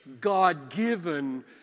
God-given